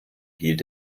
hielt